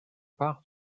part